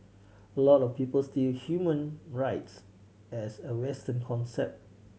a lot of people still human rights as a Western concept